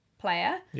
player